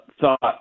thought